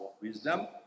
wisdom